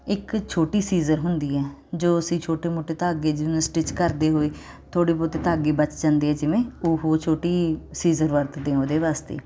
ਇੱਕ ਛੋਟੀ ਸੀਜ਼ਰ ਹੁੰਦੀ ਐ ਜੋ ਅਸੀਂ ਛੋਟੇ ਮੋਟੇ ਧਾਗੇ ਜਿਹਨੂੰ ਸਟਿੱਚ ਕਰਦੇ ਹੋਏ ਥੋੜੇ ਬਹੁਤੇ ਧਾਗੇ ਬਚ ਜਾਂਦੇ ਆ ਜਿਵੇਂ ਉਹ ਛੋਟੀ ਸੀਜ਼ਰ ਵਰਤਦੇ ਉਹਦੇ ਵਾਸਤੇ